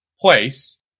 place